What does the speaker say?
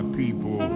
people